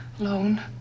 alone